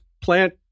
plant